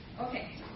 Okay